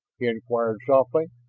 he inquired softly.